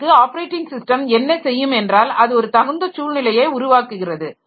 அதற்கு operating system என்ன செய்யும் என்றால் அது ஒரு தகுந்த சூழ்நிலையை உருவாக்குகிறது